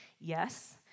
yes